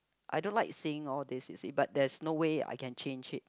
I don't like saying all these you see but there's no way I can change it